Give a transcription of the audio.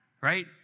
Right